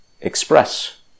express